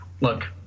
look